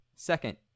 Second